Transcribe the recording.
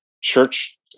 church